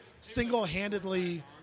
single-handedly